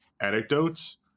anecdotes